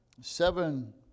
seven